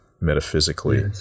metaphysically